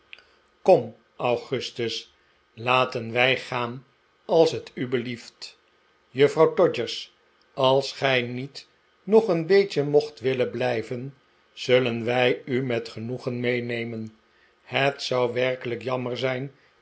kom augustus laten wij gaan als het u belieft juffrouw todgers als gij niet nog een beetje mocht willen blijven zullen wij u met genoegen meenemen het zou werkelijk jammer zijn